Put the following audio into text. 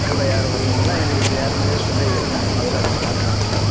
கூட யாரும் வர்லைங்களா உங்களுக்கு யார் மேலேயாவது சந்தேகம் இருக்கா பக்கம் கிக்கம் பார்த்தவங்கள்ல